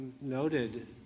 noted